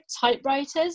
typewriters